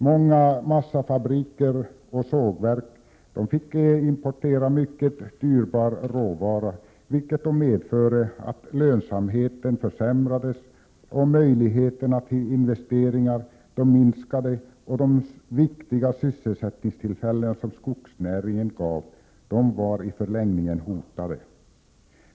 Många massafabriker och sågverk fick importera mycket dyrbar råvara, vilket medförde att lönsamheten försämrades och att möjligheterna till investeringar minskade, och de viktiga sysselsättningstillfällen som skogsnäringen gav var i förlängningen hotade.